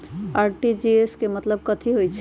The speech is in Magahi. आर.टी.जी.एस के मतलब कथी होइ?